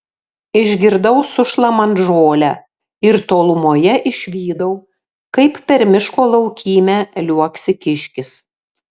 išgirdau sušlamant žolę ir tolumoje išvydau kaip per miško laukymę liuoksi kiškis